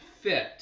fit